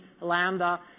Lambda